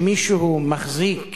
שמישהו מחזיק